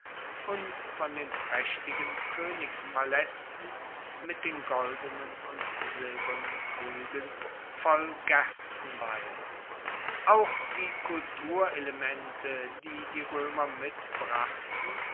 und von den praechtigen koenigspalaesten mit den goldenen und silbernen kruegen voll gerstenwein auch die kulturelemente die die roemer mitbrachten